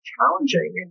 challenging